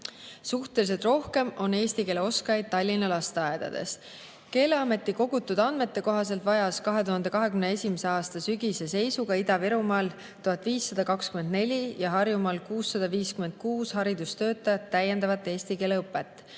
Suhteliselt rohkem on eesti keele oskajaid Tallinna lasteaedades. Keeleameti kogutud andmete kohaselt vajas 2021. aasta sügise seisuga Ida-Virumaal 1524 ja Harjumaal 656 haridustöötajat täiendavat eesti keele õpet.